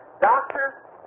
doctor